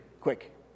quick